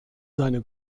seine